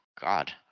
God